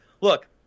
look